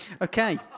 Okay